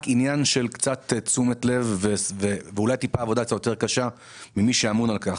רק עניין של קצת תשומת לב וטיפה עבודה יותר קשה ממי שאמון על כך.